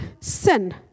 sin